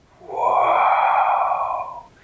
Wow